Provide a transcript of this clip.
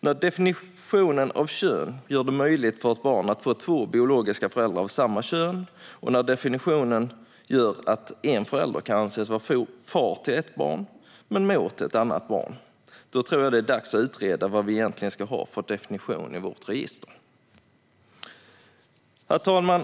När definitionen av kön gör det möjligt för ett barn att få två biologiska föräldrar av samma kön och när definitionen gör att en förälder kan anses vara far till ett barn men mor till ett annat barn tror jag att det är dags att utreda vad vi egentligen ska ha för definition i våra register. Herr talman!